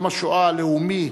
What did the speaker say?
יום השואה הלאומי,